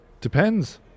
Depends